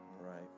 right